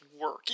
work